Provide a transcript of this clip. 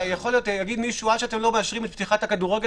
יכול להיות שיגיד מישהו: עד שאתם לא מאשרים את פתיחת הכדורגל,